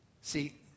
See